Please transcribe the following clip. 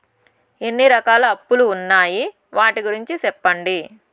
ఎన్ని రకాల అప్పులు ఉన్నాయి? వాటి గురించి సెప్పండి?